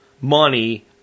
money